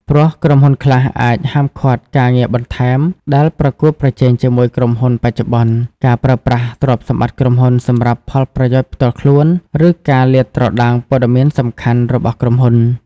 ព្រោះ ក្រុមហ៊ុនខ្លះអាចហាមឃាត់ការងារបន្ថែមដែលប្រកួតប្រជែងជាមួយក្រុមហ៊ុនបច្ចុប្បន្ន ការប្រើប្រាស់ទ្រព្យសម្បត្តិក្រុមហ៊ុនសម្រាប់ផលប្រយោជន៍ផ្ទាល់ខ្លួន ឬការលាតត្រដាងព័ត៌មានសំខាន់របស់ក្រុមហ៊ុន។